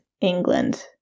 England